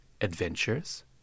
adventures